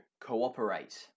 cooperate